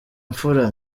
mfura